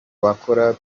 bakora